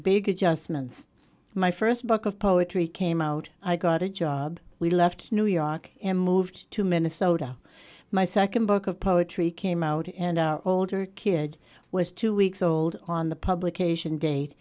big adjustments my first book of poetry came out i got a job we left new york and moved to minnesota my second book of poetry came out and our older kid was two weeks old on the publication date